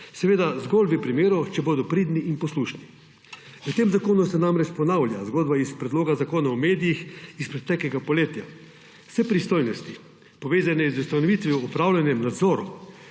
seveda zgolj v primeru, če bodo pridni in poslušni. Pri tem zakonu se namreč ponavlja zgodba iz Predloga zakona o medijih iz preteklega poletja. Vse pristojnosti, povezane z ustanovitvijo, upravljanjem, nadzorom